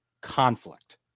conflict